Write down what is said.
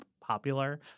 popular